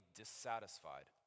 dissatisfied